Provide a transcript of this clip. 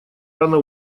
рано